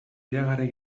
iragarri